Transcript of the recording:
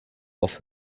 off